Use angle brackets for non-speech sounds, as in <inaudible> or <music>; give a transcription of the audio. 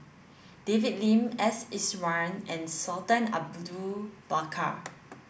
David Lim S Iswaran and Sultan <unintelligible> Bakar